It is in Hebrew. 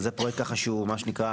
זה פרויקט שהוא בהתנעה.